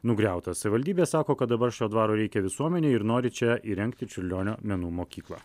nugriautas savivaldybė sako kad dabar šio dvaro reikia visuomenei ir nori čia įrengti čiurlionio menų mokyklą